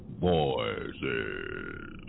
voices